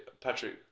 Patrick